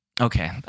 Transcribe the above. Okay